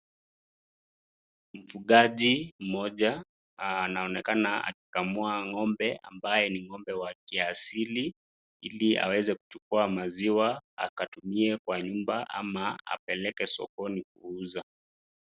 Mfugaji mmoja anaonekana akikamua ng'ombe ambaye ni ng'ombe wa kiasili ili aweze kuchukua maziwa akatumie kwa nyumba ama apeleke sokoni kuuza.